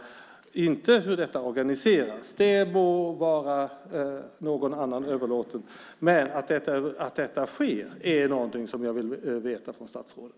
Det gäller inte hur detta organiseras; det må vara överlåtet till någon annan. Men att detta sker är någonting jag vill få besked om från statsrådet.